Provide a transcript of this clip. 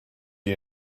you